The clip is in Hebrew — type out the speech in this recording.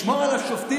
אבל נשמור על השופטים,